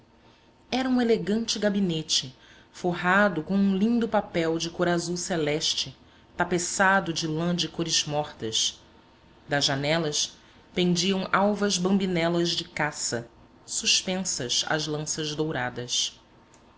era um elegante gabinete forrado com um lindo papel de cor azul celeste tapeçado de lã de cores mortas das janelas pendiam alvas bambinelas de cassa suspensas às lanças douradas